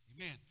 Amen